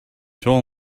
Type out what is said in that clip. told